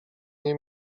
nie